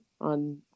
on